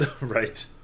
Right